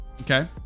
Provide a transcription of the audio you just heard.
Okay